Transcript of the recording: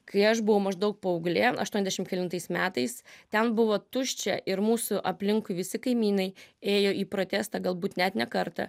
kai aš buvau maždaug paauglė aštuoniasdešim kelintais metais ten buvo tuščia ir mūsų aplinkui visi kaimynai ėjo į protestą galbūt net ne kartą